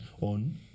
on